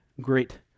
great